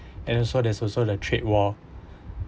and also there's also the trade war